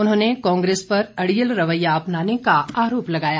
उन्होंने कांग्रेस पर अडियल रवैया अपनाने का आरोप लगाया